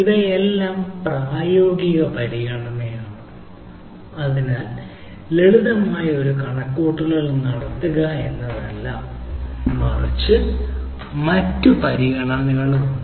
ഇവയെല്ലാം പ്രായോഗിക പരിഗണനയാണ് അതിനാൽ ലളിതമായ ഒരു കണക്കുകൂട്ടൽ നടത്തുക എന്നല്ല മറിച്ച് മറ്റ് പരിഗണനകളും ഉണ്ട്